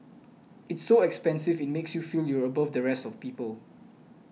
it's so expensive it makes you feel you're above the rest of people